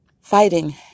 fighting